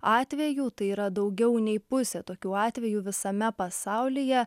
atvejų tai yra daugiau nei pusė tokių atvejų visame pasaulyje